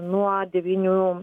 nuo devynių